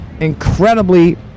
incredibly